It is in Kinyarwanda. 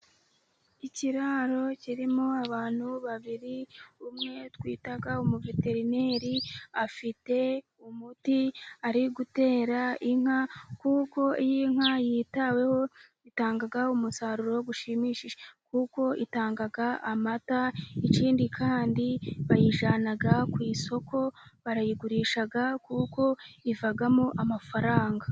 ikiraro kirimo abantu babiri, umwe twita umuveterineri afite umuti ari gutera inka, kuko iyi nka yitaweho itangaga umusaruro ushimishije, kuko itangaga amata, ikindi kandi bayijyana ku isoko bakayigurisha kuko ivamo amafaranga.